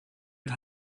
had